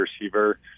receiver